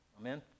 Amen